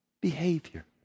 behavior